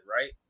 right